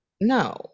no